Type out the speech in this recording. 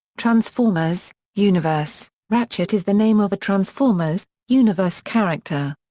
transformers universe ratchet is the name of a transformers universe character.